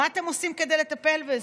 מה אתם עושים כדי לטפל בזה?